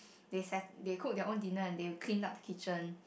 they set they cook their own dinner and they will clean up the kitchen